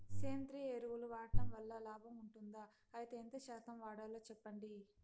సేంద్రియ ఎరువులు వాడడం వల్ల లాభం ఉంటుందా? అయితే ఎంత శాతం వాడాలో చెప్పండి?